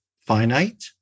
finite